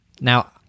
Now